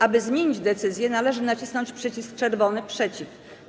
Aby zmienić decyzję, należy nacisnąć przycisk czerwony - „przeciw”